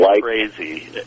crazy